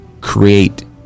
create